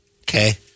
Okay